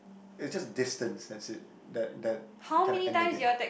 it's just distance that's it that that kinda ended it